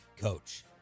coach